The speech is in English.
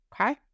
okay